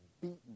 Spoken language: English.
beaten